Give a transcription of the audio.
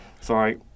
Sorry